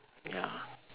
ya